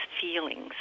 feelings